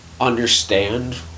understand